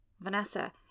Vanessa